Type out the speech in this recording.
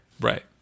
Right